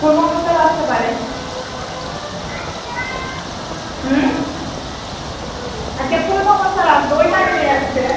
ফুল Mohammad sir আসতে পারে হুম আজকে ফুল মহমদ স্যার আসবে ওই টাইমেই আসবে